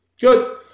Good